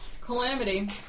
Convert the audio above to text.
Calamity